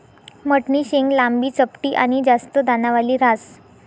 मठनी शेंग लांबी, चपटी आनी जास्त दानावाली ह्रास